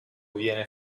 viene